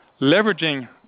leveraging